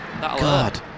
God